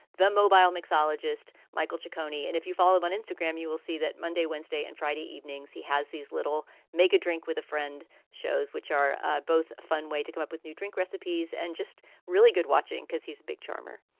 the mobile mixologist michael jaconi. and if you follow on instagram, you will see that monday, wednesday and friday evenings he has these little mega drink with a friend shows, which are both a fun way to come up with new drink recipes and just really good watching because he's a big charmer